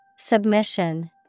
Submission